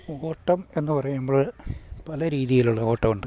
ഓട്ടം എന്ന് പറയുമ്പോൾ പല രീതിയിലുള്ള ഓട്ടം ഉണ്ട്